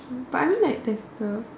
hmm but I mean like there's the